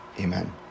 Amen